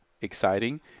exciting